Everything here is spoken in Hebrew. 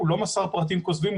הוא לא מסר פרטים כוזבים,